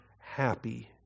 happy